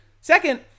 Second